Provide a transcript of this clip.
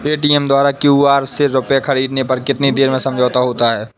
Paytm द्वारा QR से रूपए ख़रीदने पर कितनी देर में समझौता होता है?